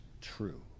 true